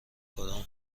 کدوم